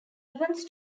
evans